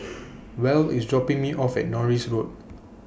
Val IS dropping Me off At Norris Road